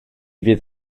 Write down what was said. fydd